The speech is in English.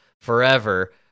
forever